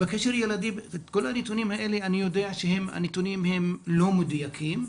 כל הנתונים האלה, אני יודע שהם נתונים לא מדויקים.